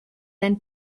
than